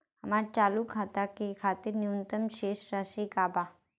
हमार चालू खाता के खातिर न्यूनतम शेष राशि का बा?